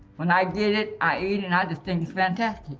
when i get it, i eat it, and i just think it's fantastic.